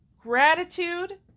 gratitude